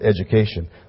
education